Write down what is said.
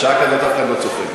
בשעה כזאת אף אחד לא צופה.